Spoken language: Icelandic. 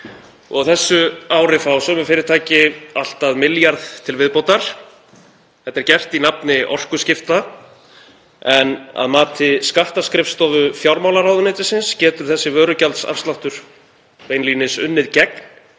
þessu ári fá sömu fyrirtæki allt að milljarð til viðbótar. Þetta er gert í nafni orkuskipta. En að mati skattaskrifstofu fjármálaráðuneytisins getur þessi vörugjaldsafsláttur beinlínis unnið gegn